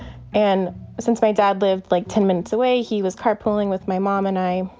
and since my dad lived like ten minutes away, he was carpooling with my mom and i.